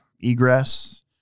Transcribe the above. Egress-